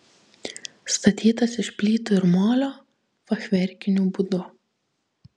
statytas iš plytų ir molio fachverkiniu būdu